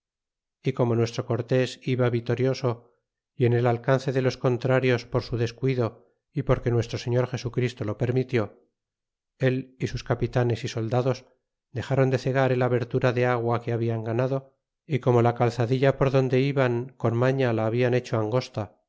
y como nuestro cortés iba vitorioso y en el alcance de los contrarios por su descuido é porque nuestro señor jesu christo lo permitió el y sus capitanes y soldados dexron de cegar el abertura de agua que hablan ganado y como la calzadila por donde iban con mafia la habian hecho angosta